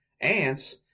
ants